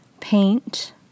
Paint